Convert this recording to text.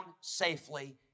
safely